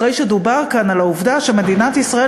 אחרי שדובר כאן על העובדה שמדינת ישראל